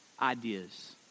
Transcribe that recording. ideas